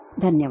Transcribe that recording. धन्यवाद